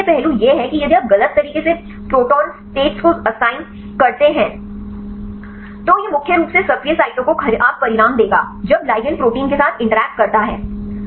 तो फिर मुख्य पहलू यह है कि यदि आप गलत तरीके से प्रोटॉन स्टेट्स को असाइन करते हैं तो यह मुख्य रूप से सक्रिय साइटों को खराब परिणाम देगा जब लिगैंड प्रोटीन के साथ इंटरैक्ट करता है